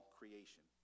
creation